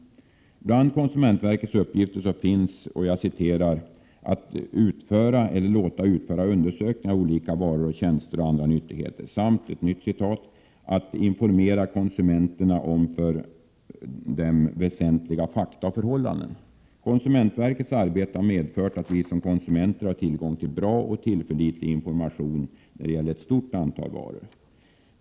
Det ingår i konsumentverkets uppgifter ”att utföra eller låta utföra undersökningar av olika varor, tjänster och andra nyttigheter” och ”att informera konsumenterna om för dem väsentliga fakta och förhållanden”. Konsumentverkets arbete har medfört att vi som konsumenter har tillgång till bra och tillförlitlig information när det gäller ett stort antal varor.